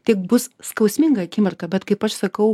tik bus skausminga akimirka bet kaip aš sakau